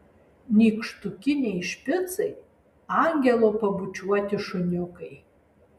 nykštukiniai špicai angelo pabučiuoti šuniukai